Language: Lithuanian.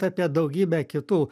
apie daugybę kitų